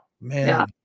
man